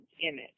image